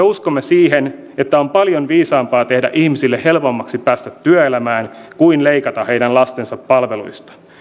uskomme siihen että on paljon viisaampaa tehdä ihmisille helpommaksi päästä työelämään kuin leikata heidän lastensa palveluista